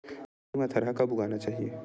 माटी मा थरहा कब उगाना चाहिए?